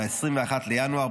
ב-21 בינואר,